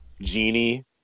genie